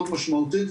מאוד משמעותית,